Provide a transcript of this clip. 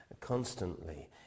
constantly